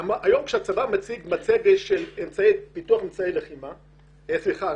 היום כשהצבא מציג מצגת של רכישת אמצעי לחימה חדשים,